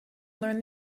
learn